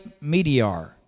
meteor